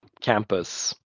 campus